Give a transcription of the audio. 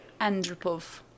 Andropov